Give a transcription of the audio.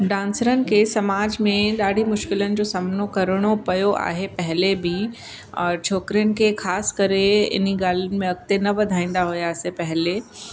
डांसरनि खे समाज में ॾाढी मुश्किलातुनि जो सामनो करिणो पियो आहे पहले बि और छोकिरिनि खे ख़ासि करे हिन ॻाल्हियुनि में अॻिते न वधाईंदा हुआ पहले